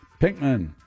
Pinkman